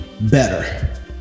better